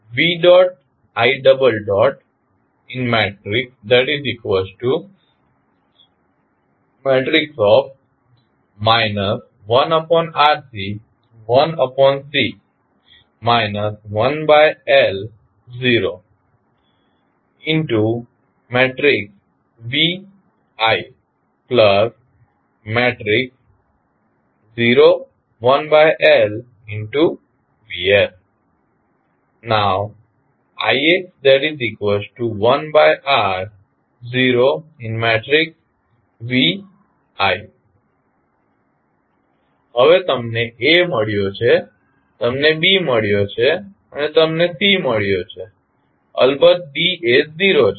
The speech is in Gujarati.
હવે તમને A મળ્યો છે તમને B મળ્યો છે અને તમને C મળ્યો છે અલબત D એ 0 છે